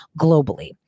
globally